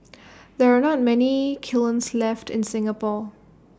there are not many kilns left in Singapore